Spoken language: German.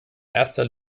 erster